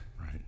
right